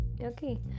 Okay